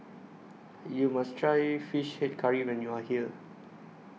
YOU must Try Fish Head Curry when YOU Are here